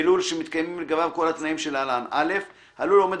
בלול שמתקיימים לגביו כל התנאים שלהלן: הלול עומד